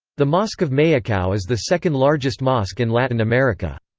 the mosque of maicao is the second largest mosque in latin america.